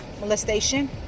molestation